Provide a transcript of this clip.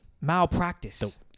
malpractice